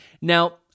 Now